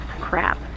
crap